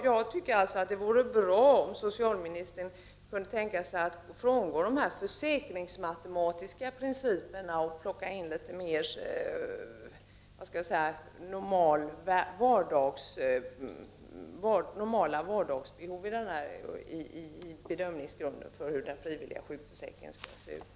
Jag tycker att det vore bra om socialministern kunde tänka sig att frångå de försäkringsmatematiska principerna och i stället ta med litet mera normala vardagsbehov i fråga om bedömningsgrun = Prot. 1989/90:30